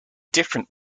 different